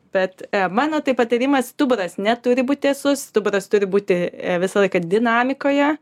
bet mano tai patarimas stuburas neturi būti tiesus stuburas turi būti visą laiką dinamikoje